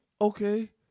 Okay